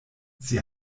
sie